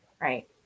right